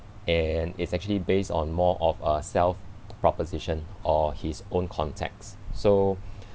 and it's actually based on more of a self proposition or his own context so